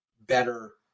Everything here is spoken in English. better